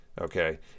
okay